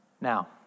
Now